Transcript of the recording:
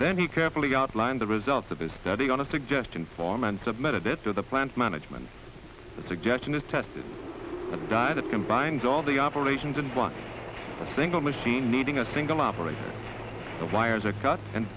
then he carefully outlined the results of his study on a suggestion form and submitted it to the plants management suggestion is tested that it combines all the operations in one single machine needing a single operation of wires a cut and